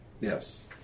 Yes